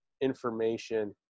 information